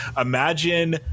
imagine